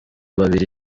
babiri